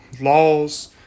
laws